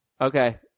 Okay